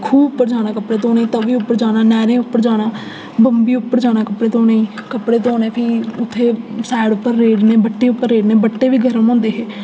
खूह् उप्पर जाना कपड़े धोनें ई तवी उप्पर जाना नैह्रें उप्पर जाना बम्बी उप्पर जाना कपड़े धोनें ई कपड़े धोने फ्ही सैड़ उप्पर रेड़ने बट्टें उप्पर रेड़ने बट्टे बी गर्म होंदे हे